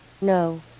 No